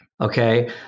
Okay